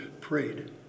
prayed